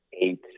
eight